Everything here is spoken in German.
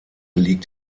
liegt